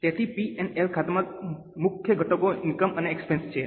તેથી P અને L ખાતાના મુખ્ય ઘટકો ઇનકમ અને એક્સપેન્સ છે